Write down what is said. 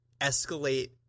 escalate